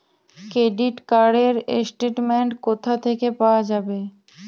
Credit card র statement কোথা থেকে পাওয়া যাবে?